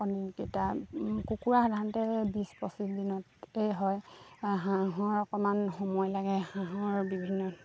কণীকেইটা কুকুৰা সাধাৰণতে বিছ পঁচিছ দিনতেই হয় হাঁহৰ অকণমান সময় লাগে হাঁহৰ বিভিন্ন